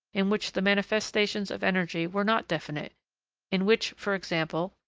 in which the manifestations of energy were not definite in which, for example,